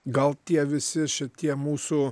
gal tie visi šitie mūsų